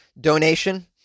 donation